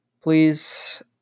please